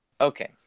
Okay